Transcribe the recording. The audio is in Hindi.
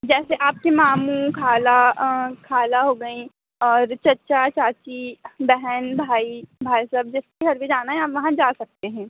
जैसे आपके मामू खाला खाला हो गईं और चच्चा चाची बहन भाई भाई साहब जिसके घर भी जाना है आप वहाँ जा सकते हें